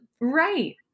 Right